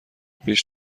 پیش